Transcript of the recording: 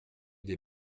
des